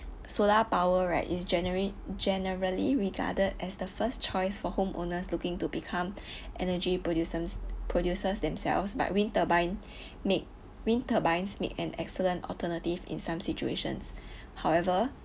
solar power right is genera~ generally regarded as the first choice for home owners looking to become energy producems producers themselves but wind turbine make wind turbines makes an excellent alternative in some situations however